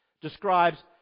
describes